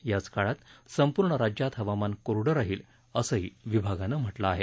याच काळात संपूर्ण राज्यात हवामान कोरडं राहील असंही विभागानं म्हटलं आहे